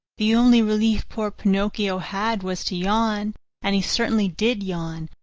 the only relief poor pinocchio had was to yawn and he certainly did yawn,